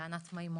לענת מימון,